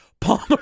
Palmer